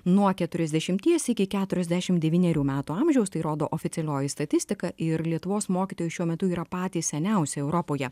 nuo keturiasdešimties iki keturiasdešimt devynerių metų amžiaus tai rodo oficialioji statistika ir lietuvos mokytojai šiuo metu yra patys seniausi europoje